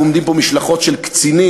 אנחנו עומדים פה משלחות של קצינים,